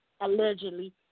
allegedly